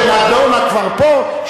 שנדונה כבר פה,